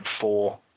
four